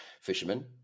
Fishermen